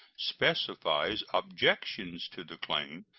specifies objections to the claim,